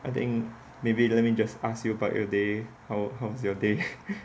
I think maybe let me just ask you about your day how how's your day